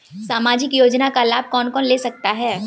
सामाजिक योजना का लाभ कौन कौन ले सकता है?